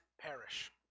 perish